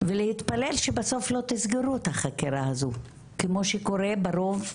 ולהתפלל שבסוף לא תסגרו את החקירה הזו כמו שקורה ברוב התלונות.